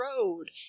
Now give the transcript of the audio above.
road